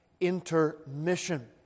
intermission